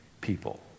people